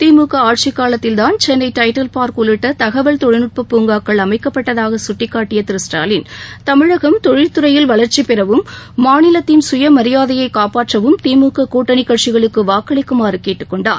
திமுக ஆட்சிக்காலத்தில்தான் Chennai Tidel park உள்ளிட்ட தகவல் தொழில்நுட்பப் பூங்காக்கள் அமைக்கப்பட்டதாக சுட்டிக்காட்டிய திரு ஸ்டாலின் தமிழகம் தொழில்துறையில் வளர்ச்சி பெறவும் மாநிலத்தின் சுயமரியாதையைக் காப்பாற்றவும் திமுக கூட்டணிக் கட்சிகளுக்கு வாக்களிக்குமாறு கேட்டுக் கொண்டார்